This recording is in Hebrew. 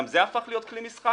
גם זה הפך להיות כלי משחק?